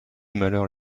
malheurs